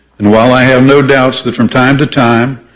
and while i have no doubts that from time to time,